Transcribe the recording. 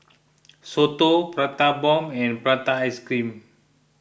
Soto Prata Bomb and Prata Ice Cream